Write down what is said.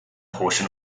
portion